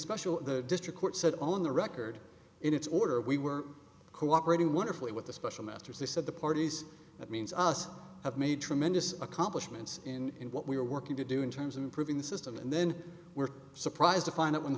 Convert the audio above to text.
special district court said on the record in its order we were cooperating wonderfully with the special masters they said the parties that means us have made tremendous accomplishments in what we are working to do in terms of improving the system and then we're surprised to find out when the